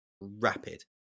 rapid